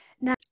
Now